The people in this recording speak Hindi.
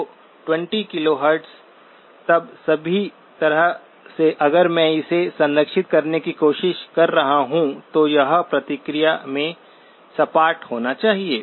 तो 20 KHz तक सभी तरह से अगर मैं इसे संरक्षित करने की कोशिश कर रहा हूं तो यह प्रतिक्रिया में सपाट होना चाहिए